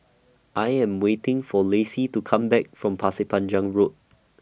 I Am waiting For Lacy to Come Back from Pasir Panjang Road